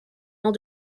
all